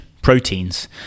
proteins